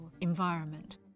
environment